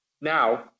Now